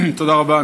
תודה רבה.